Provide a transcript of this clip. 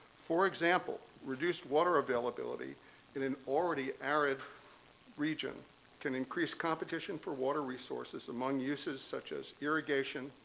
for example, reduced water availability in an already arid region can increase competition for water resources among uses such as irrigation,